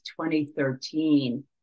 2013